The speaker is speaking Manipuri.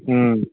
ꯎꯝ